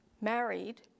married